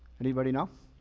anybody know?